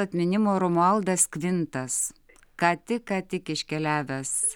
atminimo romualdas kvintas ką tik ką tik iškeliavęs